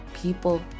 people